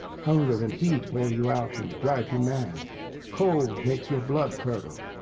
hunger and heat wear you out and drive you mad cold makes your blood curdle.